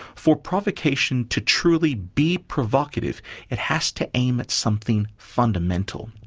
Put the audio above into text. for provocation to truly be provocative it has to aim at something fundamental.